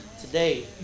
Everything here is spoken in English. Today